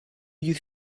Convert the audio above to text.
you